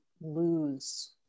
lose